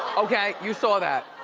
okay, you saw that.